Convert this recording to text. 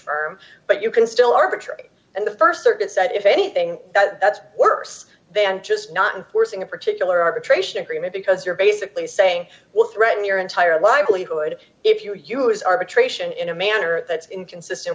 firm but you can still arbitrary and the st circuit said if anything that's worse than just not in forcing a particular arbitration agreement because you're basically saying well threaten your entire livelihood if you use arbitration in a manner that's inconsistent